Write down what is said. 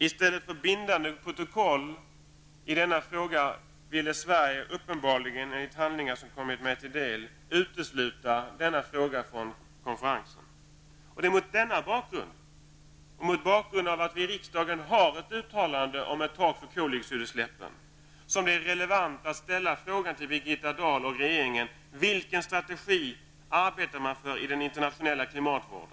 I stället för bindande protokoll i denna fråga ville Sverige uppenbarligen, enligt handlingar som kommit mig till del, utesluta denna fråga från konferensen. Det är mot denna bakgrund och mot bakgrunden av att vi i riksdagen har gjort ett uttalande om ett tak för koldioxidutsläppen som det är relevant att ställa frågan till Birgitta Dahl och regeringen om vilken strategi man arbetar för i den internationella klimatvården.